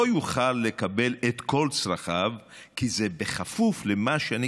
יוכל לקבל את כל צרכיו כי זה בכפוף למה שאני,